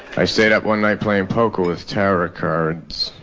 i stayed up one night playing poker with tarot cards.